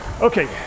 Okay